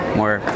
more